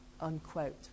unquote